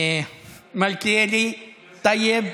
מלכיאלי, טייב,